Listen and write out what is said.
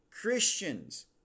Christians